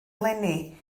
eleni